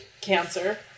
cancer